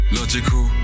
logical